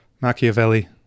Machiavelli